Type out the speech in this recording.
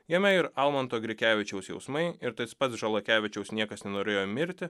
jame ir almanto grikevičiaus jausmai ir tas pats žalakevičiaus niekas nenorėjo mirti